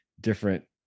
different